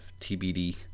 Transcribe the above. TBD